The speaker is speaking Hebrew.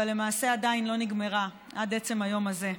אבל למעשה עדיין לא נגמרה עד עצם היום הזה.